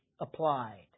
applied